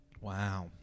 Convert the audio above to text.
Wow